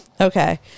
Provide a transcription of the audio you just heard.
Okay